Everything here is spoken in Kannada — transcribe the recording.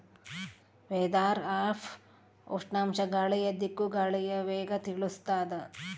ವೆದರ್ ಆ್ಯಪ್ ಉಷ್ಣಾಂಶ ಗಾಳಿಯ ದಿಕ್ಕು ಗಾಳಿಯ ವೇಗ ತಿಳಿಸುತಾದ